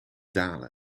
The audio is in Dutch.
dalen